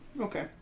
okay